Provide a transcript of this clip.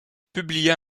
publia